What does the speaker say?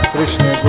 Krishna